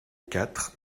quatre